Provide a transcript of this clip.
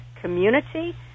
community